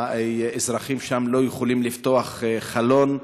האזרחים שם לא יכולים לפתוח חלון,